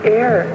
air